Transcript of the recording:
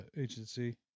agency